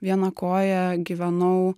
viena koja gyvenau